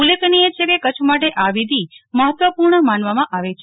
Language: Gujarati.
ઉલ્લેખનીય છે કે કચ્છ માટે આ વિધિ મહત્વપૂર્ણ માનવામાં આવે છે